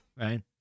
Right